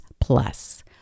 Plus